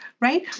Right